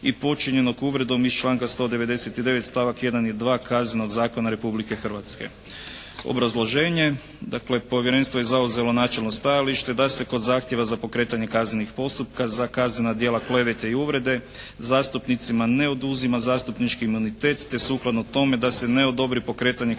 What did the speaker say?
i počinjenog uvredom iz članka 199. stavak 1. i 2. Kaznenog zakona Republike Hrvatske. Obrazloženje. Dakle, Povjerenstvo je zauzelo načelno stajalište da se kod zahtjeva za pokretanje kaznenih postupaka za kaznena djela klevete i uvrede zastupnicima ne oduzima zastupnički imunitet, te sukladno tome da se ne odobri pokretanje